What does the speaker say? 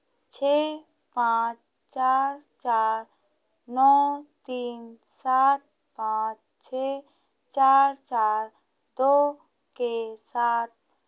छः पाँच चार चार नौ तीन सात पाँच छः चार चार दो के साथ